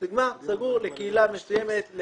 זה סגור לקהילה מסוימת,